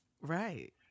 Right